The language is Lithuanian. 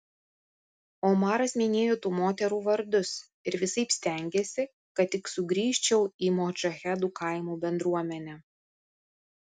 omaras minėjo tų moterų vardus ir visaip stengėsi kad tik sugrįžčiau į modžahedų kaimo bendruomenę